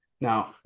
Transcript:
Now